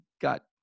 got